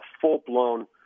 full-blown